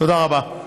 תודה רבה.